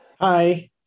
Hi